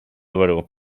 baró